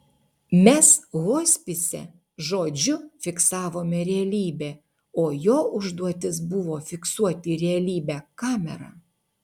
mes hospise žodžiu fiksavome realybę o jo užduotis buvo fiksuoti realybę kamera